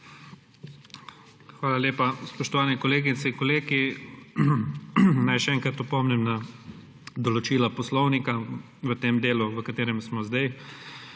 Hvala lepa. Spoštovane kolegice in kolegi, naj še enkrat opomnim na določila poslovnika v tem delu, v katerem smo zdaj.